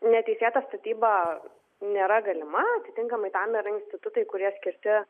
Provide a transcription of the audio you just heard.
neteisėta statyba nėra galima atitinkamai tam yra institutai kurie skirti